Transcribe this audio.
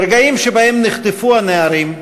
ברגעים שבהם נחטפו הנערים,